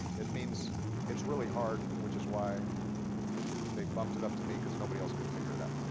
it means it's really hard, which is why they bumped it up to me cuz nobody else could figure it out.